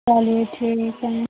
चलिए ठीक है